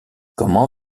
comment